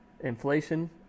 inflation